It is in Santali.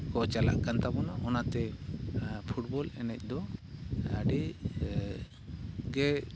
ᱠᱚ ᱪᱟᱞᱟᱜ ᱠᱟᱱᱛᱟᱵᱚᱱᱟ ᱚᱱᱟᱛᱮ ᱯᱷᱩᱴᱵᱚᱞ ᱮᱱᱮᱡ ᱫᱚ ᱟᱹᱰᱤ ᱜᱮ